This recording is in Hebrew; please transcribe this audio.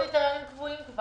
יש כבר קריטריונים קבועים.